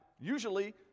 usually